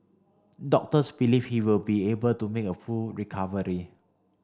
doctors believe he will be able to make a full recovery